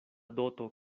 doto